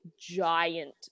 giant